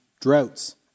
droughts